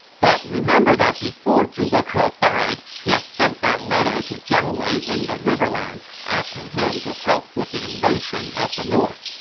but remember that before zhuge ke ah died, he had sent that letter to jiang wei in the riverlands, asking him to help with the invasion of the north.